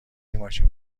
ماشین